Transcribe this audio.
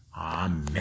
Amen